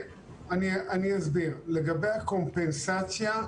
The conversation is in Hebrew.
לגבי הקומפנסציה,